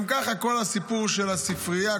גם ככה כל הסיפור של הספרייה,